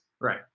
right